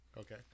Okay